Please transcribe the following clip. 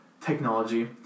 technology